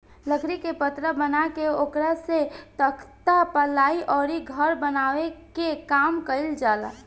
लकड़ी के पटरा बना के ओकरा से तख्ता, पालाइ अउरी घर बनावे के काम कईल जाला